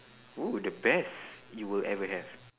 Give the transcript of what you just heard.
oh the best you will ever have